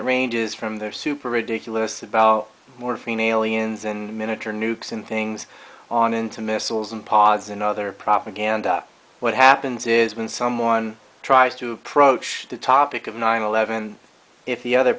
n ranges from their super ridiculous about morphine aliens and minuter nukes and things on into missiles and pods and other propaganda what happens is when someone tries to approach the topic of nine eleven if the other